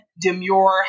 demure